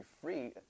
free